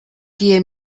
kie